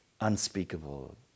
unspeakable